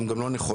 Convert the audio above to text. הן גם לא נכונות.